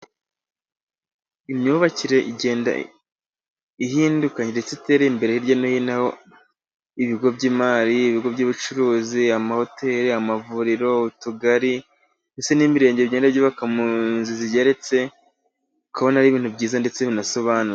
Imyubakire igenda ihinduka, ndetse itera, imbere hirya no hino; ibigo by'imari, ibigo by'ubucuruzi, amahoteri, amavuriro, utugari, n'imirenge, bigenda byubaka munzu zigeretse ukubona ari ibintu byiza, ndetse binasobanura.